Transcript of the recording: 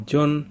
John